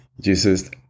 Jesus